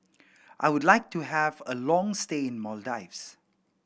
I would like to have a long stay in Maldives